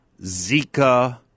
Zika